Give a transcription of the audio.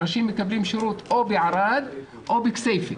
אנשים מקבלים שירות או בערד או בכסייפה.